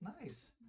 Nice